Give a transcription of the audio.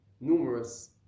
numerous